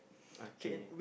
okay